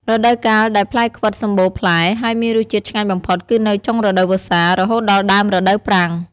រដូវកាលដែលផ្លែខ្វិតសម្បូរផ្លែ ហើយមានរសជាតិឆ្ងាញ់បំផុត គឺនៅចុងរដូវវស្សា រហូតដល់ដើមរដូវប្រាំង។